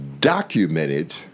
documented